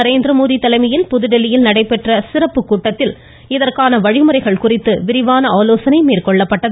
நரேந்திரமோடி தலைமையில் புதுதில்லியில் நடைபெற்ற சிறப்பு கூட்டத்தில் இதற்கான வழிமுறைகள் குறித்து விரிவாக ஆலோசனை மேற்கொள்ளப்பட்டது